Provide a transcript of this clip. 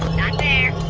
not there.